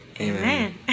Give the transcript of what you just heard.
Amen